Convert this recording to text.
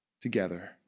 together